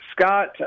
Scott